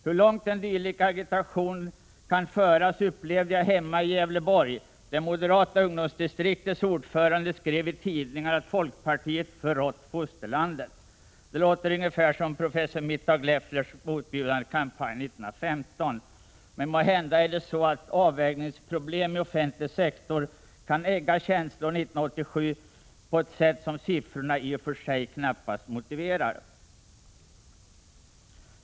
Hur långt en dylik agitation kan föras upplevde jag hemma i Gävleborg, där det moderata ungdomsdistriktets ordförande i tidningar skrev att folkpartiet hade förrått fosterlandet. Det låter ungefär som professor Mittag-Lefflers motbjudande kampanj 1915. Men måhända är det så att avvägningsproblemen inom den offentliga sektorn år 1987 kan egga känslorna på ett sätt som siffrorna i sig knappast motiverar.